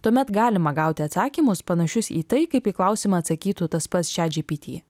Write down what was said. tuomet galima gauti atsakymus panašius į tai kaip į klausimą atsakytų tas pats čiat džypyty